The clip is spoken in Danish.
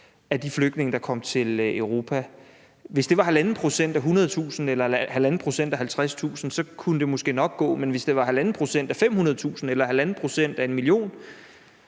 af de flygtninge, der kom til Europa, og det var 1,5 pct. af 100.000 eller 1,5 pct. af 50.000, kunne det måske nok gå, men hvis det var 1,5 pct. af 500.000 eller 1,5 pct. af 1 million,